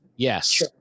Yes